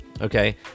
Okay